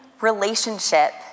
relationship